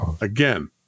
again